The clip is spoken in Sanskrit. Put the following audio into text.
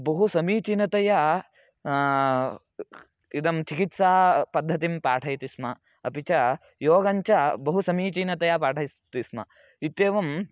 बहु समीचीनतया इदं चिकित्सा पद्धतिं पाठयति स्म अपि च योगञ्च बहु समीचीनतया पाठयति स्म इत्येवम्